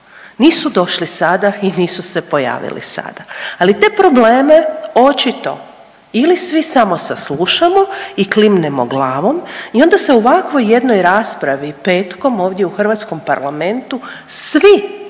Nisu došli sada i nisu se pojavili sada, ali te probleme očito ili svi samo saslušamo i klimnemo glavom i onda se u ovakvoj jednoj raspravi petkom ovdje u hrvatskom parlamentu svi,